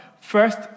First